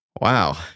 wow